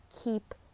keep